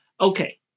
Okay